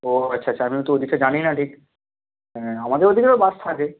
ও আচ্ছা আচ্ছা আমি তো ওই দিকটা জানি না ঠিক হ্যাঁ আমাদের ওই দিকে তো বাস থাকে